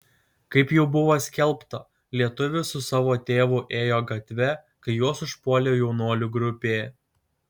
kaip jau buvo skelbta lietuvis su savo tėvu ėjo gatve kai juos užpuolė jaunuolių grupė